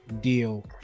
deal